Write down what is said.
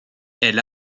elle